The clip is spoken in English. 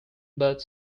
but